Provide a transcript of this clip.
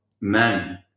men